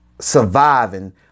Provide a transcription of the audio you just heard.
surviving